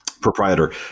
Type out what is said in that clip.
proprietor